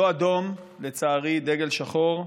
לא אדום, לצערי דגל שחור,